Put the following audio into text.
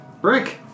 brick